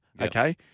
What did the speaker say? Okay